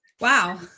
Wow